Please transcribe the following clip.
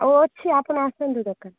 ଆଉ ଅଛି ଆପଣ ଆସନ୍ତୁ ଦୋକାନ